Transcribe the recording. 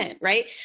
right